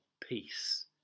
peace